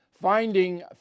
Finding